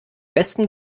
besten